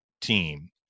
team